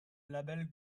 label